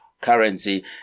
currency